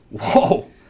Whoa